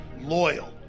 loyal